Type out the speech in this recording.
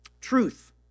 Truth